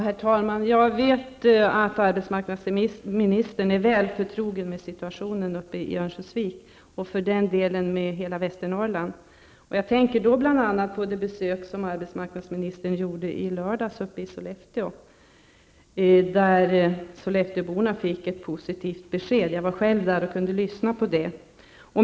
Herr talman! Jag vet att arbetsmarknadsministern är väl förtrogen med situationen i Örnsköldsvik och för den delen i hela Västernorrland. Jag tänker bl.a. på det besök som arbetsmarknadsministern gjorde i lördags i Sollefteå, varvid Sollefteåborna fick ett positivt besked. Jag var själv där och kunde lyssna på det.